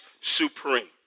supreme